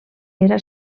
era